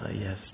Yes